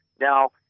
Now